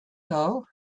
now